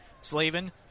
Slavin